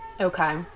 Okay